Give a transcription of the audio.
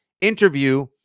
interview